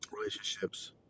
relationships